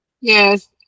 yes